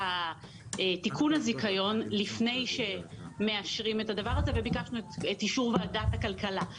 תיקון הזיכיון לפני שמאשרים את הדבר הזה וביקשנו את אישור ועדת הכלכלה.